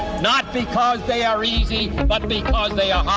not because they are easy ah but because they um are